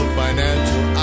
financial